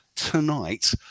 tonight